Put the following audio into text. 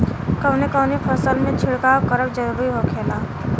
कवने कवने फसल में छिड़काव करब जरूरी होखेला?